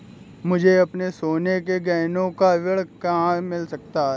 मुझे अपने सोने के गहनों पर ऋण कहाँ मिल सकता है?